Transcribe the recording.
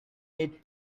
eat